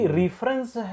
reference